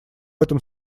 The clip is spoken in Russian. этом